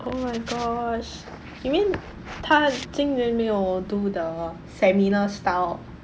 oh my gosh you mean 他今年沒有 do the seminar style